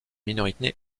minorité